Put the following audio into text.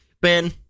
Ben